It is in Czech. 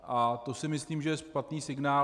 A to si myslím, že je špatný signál.